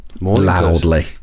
loudly